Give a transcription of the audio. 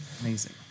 Amazing